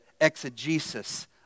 exegesis